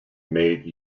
made